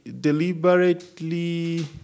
deliberately